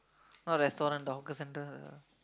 not restaurant the hawker center the